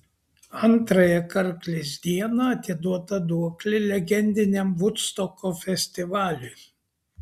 antrąją karklės dieną atiduota duoklė legendiniam vudstoko festivaliui